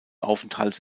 aufenthalts